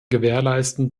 gewährleisten